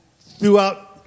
throughout